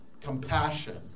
compassion